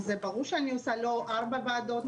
אז ברור שאני עושה לא ארבע ועדות,